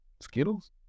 skittles